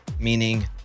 meaning